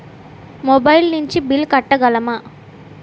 Mobile నుంచి bill కట్టగలమ?